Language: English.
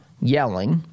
yelling